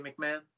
McMahon